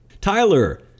Tyler